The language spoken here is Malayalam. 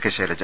കെ ശൈലജ